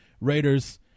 raiders